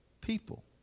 people